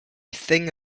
thing